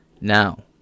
Now